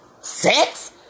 sex